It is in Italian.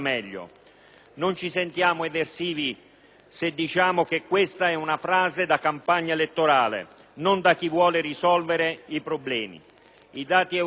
Non ci sentiamo eversivi se affermiamo che questa è una frase da campagna elettorale e non di chi vuole risolvere i problemi. I dati europei,